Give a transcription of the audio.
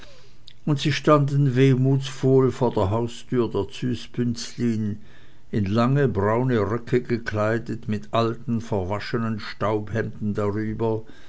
und sie standen wehmutsvoll vor der haustüre der züs bünzlin in lange braune röcke gekleidet mit alten verwaschenen staubhemden darüber